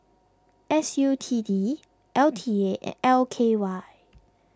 S U T D L T A and L K Y